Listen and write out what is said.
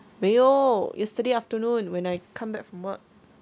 没有 yesterday afternoon when I come back from work